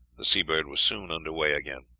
the seabird was soon under way again.